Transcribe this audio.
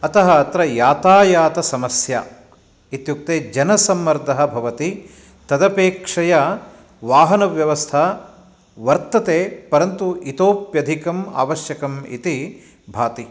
अतः अत्र यातायातसमस्या इत्युक्ते जनसम्मर्दः भवति तदपेक्षया वाहनव्यवस्था वर्तते परन्तु इतोप्यधिकम् आवश्यकम् इति भाति